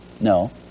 No